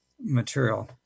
material